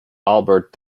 albert